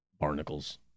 barnacles